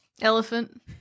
Elephant